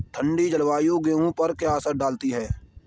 ठंडी जलवायु गेहूँ पर क्या असर डालती है?